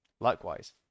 Likewise